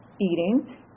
eating